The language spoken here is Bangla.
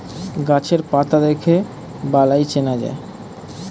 গাছের পাতা দেখে বালাই চেনা যায়